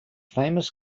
famous